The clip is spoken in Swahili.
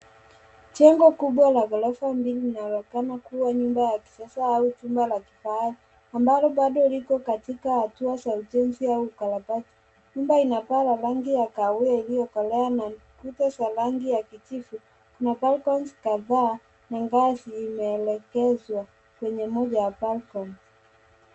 Jengo kubwa la ghorofa mbili linaonekana kuwa nyumba ya kisasa au chumba ya kifahari ambalo bado liko katika hatua za ujenzi au ukarabati. Nyuma ina paa ya rangi ya kawia iliyokolea na kuta za rangi ya kijivu na [c.s]balcony[c.s.] kadhaa ambazo zimeelekezwa kwenye moja wa [c.s]balcony[c.s].